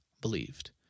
believed